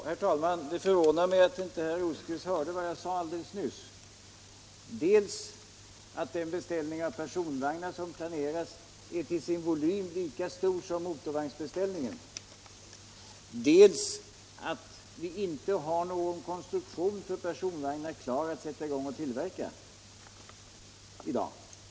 Herr talman! Det förvånar mig att herr Rosqvist inte hörde vad jag — Torsdagen den sade alldeles nyss, nämligen dels att den beställning av personvagnar = 17 februari 1977 som planeras till sin volym är lika stor som motorvagnsbeställningen, dels att vi inte har någon konstruktion för motorvagnar klar för till Om anpassning av verkning i dag.